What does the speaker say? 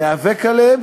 ניאבק עליהם,